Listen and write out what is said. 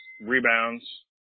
rebounds